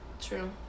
true